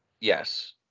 Yes